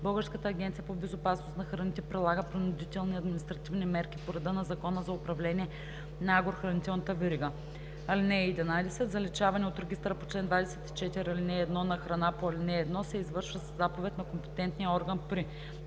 Българската агенция по безопасност на храните прилага принудителни административни мерки по реда на Закона за управление на агрохранителната верига. (11) Заличаване от регистъра по чл. 24, ал. 1 на храна по ал. 1 се извършва със заповед на компетентния орган при: 1.